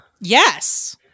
Yes